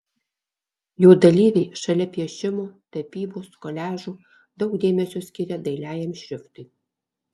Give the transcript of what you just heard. jo dalyviai šalia piešimo tapybos koliažų daug dėmesio skiria dailiajam šriftui